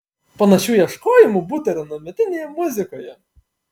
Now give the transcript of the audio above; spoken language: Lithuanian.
panašių ieškojimų būta ir anuometinėje muzikoje